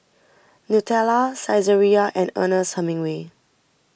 Nutella Saizeriya and Ernest Hemingway